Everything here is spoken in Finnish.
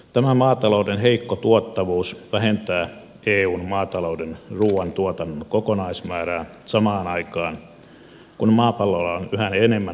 tämä maatalouden heikko tuottavuus vähentää eun maatalouden ruuantuotannon kokonaismäärää samaan aikaan kun maapallolla on yhä enemmän nälkää näkeviä